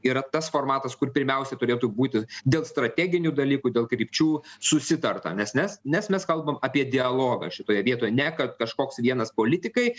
yra tas formatas kur pirmiausia turėtų būti dėl strateginių dalykų dėl krypčių susitarta nes nes mes kalbam apie dialogą šitoje vietoje ne kad kažkoks vienas politikai